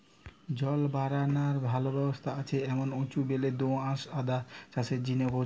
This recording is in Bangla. জল বারানার ভালা ব্যবস্থা আছে এমন উঁচু বেলে দো আঁশ আদা চাষের জিনে উপযোগী